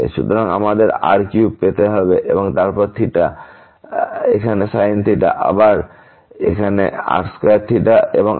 সুতরাং আমাদের r3 পেতে হবে এবং তারপর এখানে sin theta এবং আবার এখানে r2 এবং r2